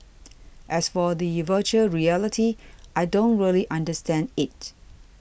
as for the Virtual Reality I don't really understand it